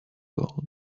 gold